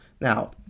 Now